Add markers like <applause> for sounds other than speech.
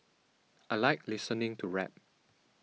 <noise> I like listening to rap <noise>